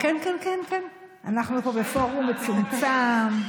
אנחנו כאן בפורום מצומצם.